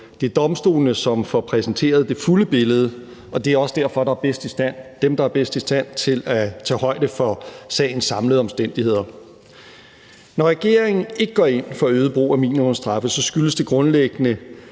Det er domstolene, som får præsenteret det fulde billede, og det er derfor også dem, der er bedst i stand til at tage højde for sagens samlede omstændigheder. Når regeringen ikke går ind for øget brug af minimumsstraffe, skyldes det grundlæggende,